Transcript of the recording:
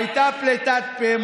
הייתה פליטת פה,